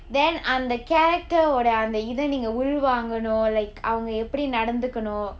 then அந்த:antha character உட அந்த இதை உள்வாங்கனும்:uda antha ithai ulvaanganum like அவங்க எப்படி நடந்துக்கனும்:avanga eppadi nadanthukkanum